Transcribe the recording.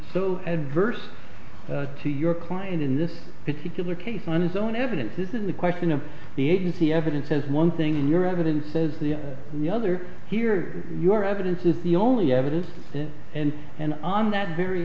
so adverse to your client in this particular case on his own evidence is in the question of the agency evidence says one thing and your evidence says the the other here your evidence is the only evidence and and on that very